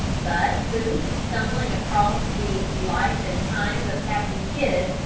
but who, stumbling across the life and times of captain kidd,